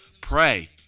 Pray